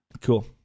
Cool